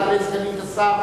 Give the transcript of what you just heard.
תעלה סגנית השר